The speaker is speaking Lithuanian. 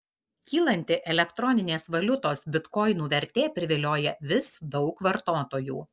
kylanti elektroninės valiutos bitkoinų vertė privilioja vis daug vartotojų